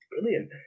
brilliant